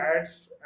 ads